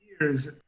years